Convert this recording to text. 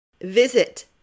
Visit